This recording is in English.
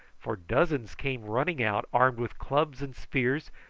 for dozens came running out armed with clubs and spears,